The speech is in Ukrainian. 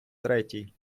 третій